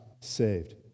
saved